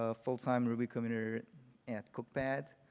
ah full time ruby committer at cook pad,